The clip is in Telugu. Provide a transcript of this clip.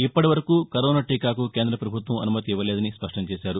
ఇప్పటివరకు కరోనా టీకాకు కేంద్ర ప్రభుత్వం అనుమతి ను ఇవ్వలేదని స్పష్టం చేశారు